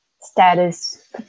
status